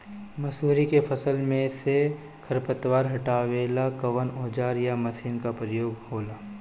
मसुरी के फसल मे से खरपतवार हटावेला कवन औजार या मशीन का प्रयोंग होला?